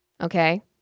okay